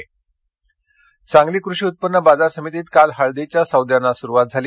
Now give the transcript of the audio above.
हळद सांगली सांगली कृषी उत्पन्न बाजार समितीत काल हळदीच्या सौद्यांना सुरुवात झाली